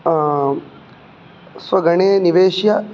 स्वगणे निवेश्य